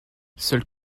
seules